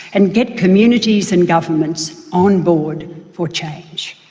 and get communities and governments on board for change.